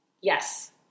Yes